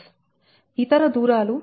ఇతర దూరాలు d1 d2 d3 d4 మీరు లెక్కించాలి